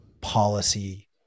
policy